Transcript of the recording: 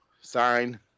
sign